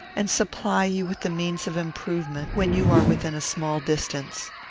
and supply you with the means of improvement, when you are within a small distance.